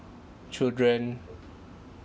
children